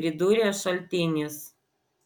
pridūrė šaltinis